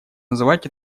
называть